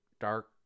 dark